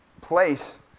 place